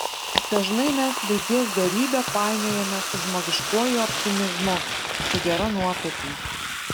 dažnai mes vilties dorybę painiojame su žmogiškuoju optimizmu su gera nuotaika